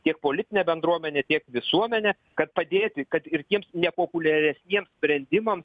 tiek politinė bendruomenė tiek visuomenė kad padėti kad ir tiems nepopuliariasniems sprendimam